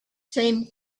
same